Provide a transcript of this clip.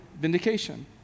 vindication